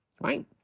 right